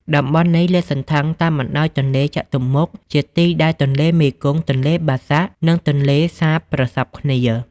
តំបន់នេះលាតសន្ធឹងតាមបណ្តោយទន្លេចតុមុខ ជាទីដែលទន្លេមេគង្គ ទន្លេបាសាក់ និងទន្លេសាបប្រសព្វគ្នា។